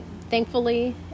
thankfully